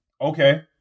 okay